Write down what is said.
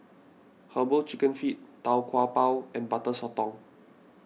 Herbal Chicken Feet Tau Kwa Pau and Butter Sotong